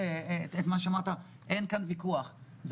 אין ויכוח על מה שאמר חבר הכנסת מקלב,